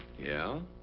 yeah?